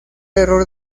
error